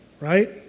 right